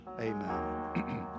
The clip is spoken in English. Amen